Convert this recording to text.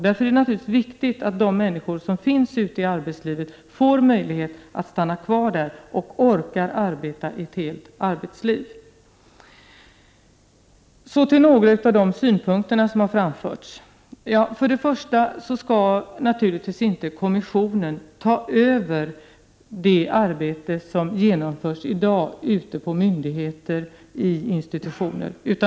Därför är det viktigt att de människor som finns ute i arbetslivet får möjlighet att stanna kvar där och orkar arbeta ett helt arbetsliv. Så till några av de synpunkter som har framförts. Kommissionen skall naturligtvis inte ta över det arbete som utförs i dag på myndigheter och i institutioner.